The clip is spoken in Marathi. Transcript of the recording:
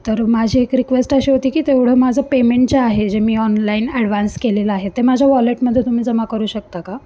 तर माझी एक रिक्वेस्ट अशी होती की तेवढं माझं पेमेंट जे आहे जे मी ऑनलाईन ॲडव्हान्स केलेलं आहे ते माझ्या वॉलेटमधे तुम्ही जमा करू शकता का